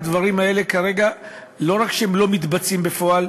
הדברים האלה כרגע לא רק שהם לא מתבצעים בפועל